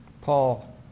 Paul